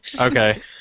Okay